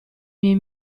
miei